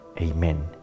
Amen